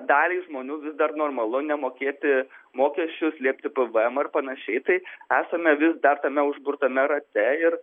daliai žmonių vis dar normalu nemokėti mokesčius slėpti pvm ir panašiai tai esame vis dar tame užburtame rate ir